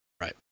right